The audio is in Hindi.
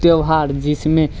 त्यौहार जिसमें